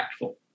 impactful